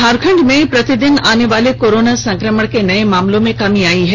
झारखंड में प्रतिदिन आने वाले कोरोना संक्रमण के नये मामलों में कमी आयी है